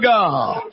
God